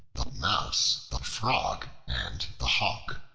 the mouse, the frog, and the hawk